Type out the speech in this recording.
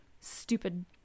stupid